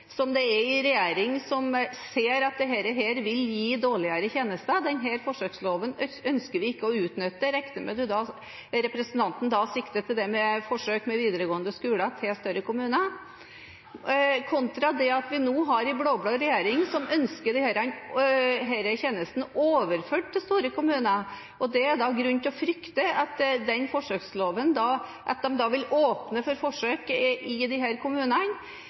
forsøkslov der under en regjering som ser at dette vil gi dårligere tjenester. Denne forsøksloven ønsket ikke vi å utnytte. Jeg regner med at representanten sikter til forsøk med videregående skoler til større kommuner. Vi har nå en blå-blå regjering som ønsker denne tjenesten overført til store kommuner. Det er grunn til å frykte at de vil åpne for forsøk i disse kommunene.